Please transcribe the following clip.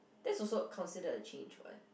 that's also considered a chage [what]